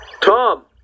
Tom